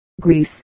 Greece